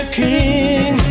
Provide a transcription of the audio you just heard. king